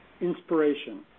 inspiration